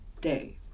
Day